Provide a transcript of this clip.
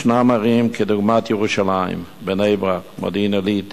ישנן ערים כדוגמת ירושלים, בני-ברק ומודיעין-עילית